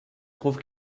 trouve